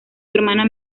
hermana